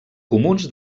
comuns